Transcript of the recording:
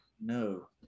No